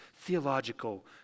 theological